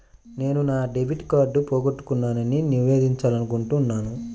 నేను నా డెబిట్ కార్డ్ని పోగొట్టుకున్నాని నివేదించాలనుకుంటున్నాను